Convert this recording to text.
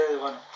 bueno